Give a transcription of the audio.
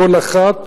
לכל אחת,